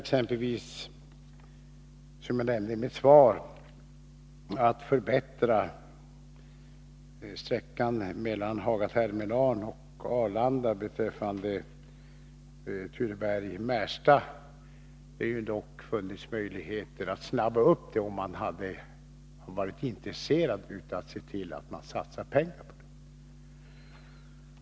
Exempelvis den åtgärd som jag nämnde i mitt svar om att förbättra sträckan mellan Tureberg och Märsta har det funnits möjligheter att snabba på, om man hade varit intresserad av att se till att det satsades pengar på detta.